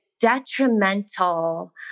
detrimental